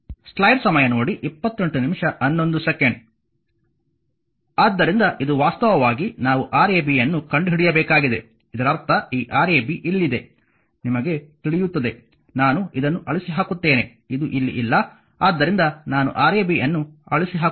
ಆದ್ದರಿಂದ ಇದು ವಾಸ್ತವವಾಗಿ ನಾವು Rab ಅನ್ನು ಕಂಡುಹಿಡಿಯಬೇಕಾಗಿದೆ ಇದರರ್ಥ ಈ Rab ಇಲ್ಲಿದೆ ನಿಮಗೆ ತಿಳಿಯುತ್ತದೆ ನಾನು ಇದನ್ನು ಅಳಿಸಿ ಹಾಕುತ್ತೇನೆ ಇದು ಇಲ್ಲಿ ಇಲ್ಲ ಆದ್ದರಿಂದ ನಾನು Rab ಅನ್ನು ಅಳಿಸಿ ಹಾಕುತ್ತೇನೆ